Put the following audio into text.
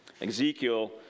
Ezekiel